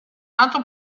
altro